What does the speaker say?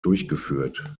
durchgeführt